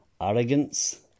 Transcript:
arrogance